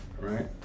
right